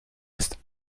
ist